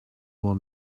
will